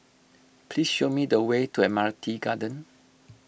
please show me the way to Admiralty Garden